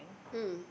mm